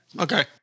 Okay